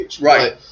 right